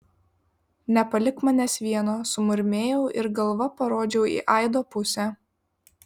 nepalik manęs vieno sumurmėjau ir galva parodžiau į aido pusę